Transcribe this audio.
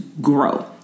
grow